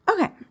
Okay